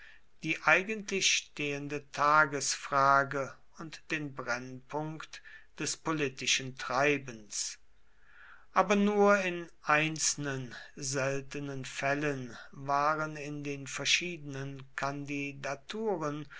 die eigentlich stehende tagesfrage und den brennpunkt des politischen treibens aber nur in einzelnen seltenen fällen waren in den verschiedenen kandidaturen